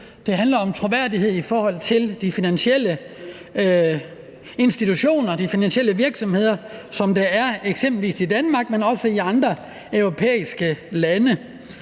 Det handler om troværdighed i forhold til de finansielle institutioner, de finansielle virksomheder, som er i eksempelvis Danmark, men også i andre europæiske lande.